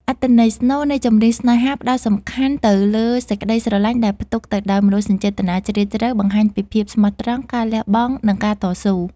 អត្ថន័យស្នូលនៃ ចម្រៀងស្នេហា ផ្ដោតសំខាន់ទៅលើសេចក្ដីស្រឡាញ់ដែលផ្ទុកទៅដោយមនោសញ្ចេតនាជ្រាលជ្រៅ បង្ហាញពីភាពស្មោះត្រង់ ការលះបង់ និងការតស៊ូ